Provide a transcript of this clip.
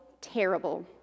terrible